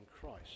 Christ